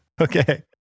Okay